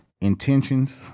Intentions